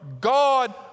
God